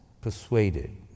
persuaded